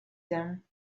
them